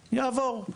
יעבור,